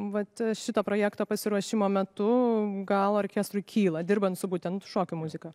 vat šito projekto pasiruošimo metu gal orkestrui kyla dirbant su būtent šokių muzika